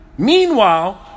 Meanwhile